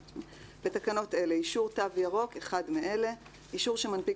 1. בתקנות אלה "אישור תו ירוק" אחד מאלה: אישור שמנפיק